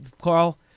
Carl